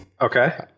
Okay